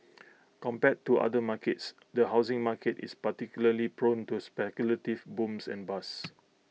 compared to other markets the housing market is particularly prone to speculative booms and bust